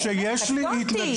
באמת קטונתי.